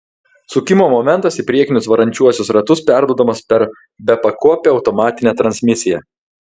sukimo momentas į priekinius varančiuosius ratus perduodamas per bepakopę automatinę transmisiją